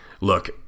look